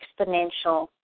exponential